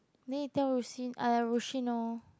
then you tell Ru-Sin uh Ru-Shin lor